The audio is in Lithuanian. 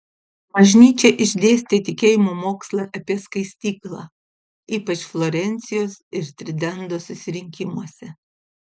bažnyčia išdėstė tikėjimo mokslą apie skaistyklą ypač florencijos ir tridento susirinkimuose